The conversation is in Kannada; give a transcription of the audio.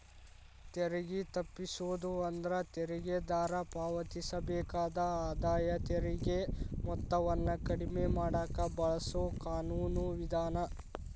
ತೆರಿಗೆ ತಪ್ಪಿಸೋದು ಅಂದ್ರ ತೆರಿಗೆದಾರ ಪಾವತಿಸಬೇಕಾದ ಆದಾಯ ತೆರಿಗೆ ಮೊತ್ತವನ್ನ ಕಡಿಮೆ ಮಾಡಕ ಬಳಸೊ ಕಾನೂನು ವಿಧಾನ